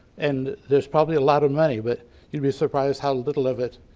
and there's probably a lot of money but you'd be surprised how little of it,